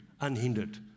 unhindered